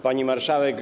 Pani Marszałek!